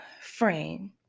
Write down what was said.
Friend